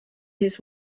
his